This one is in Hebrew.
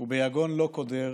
וביגון לא קודר